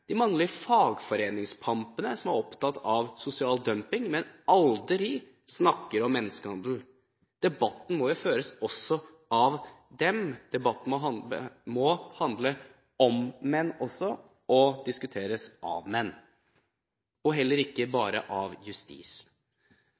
de mannlige fagforeningspampene som er opptatt av sosial dumping, men aldri snakker om menneskehandel. Debatten må også føres av dem. Debatten må handle om menn også, og den må diskuteres av menn – heller ikke